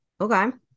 okay